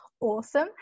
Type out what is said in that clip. Awesome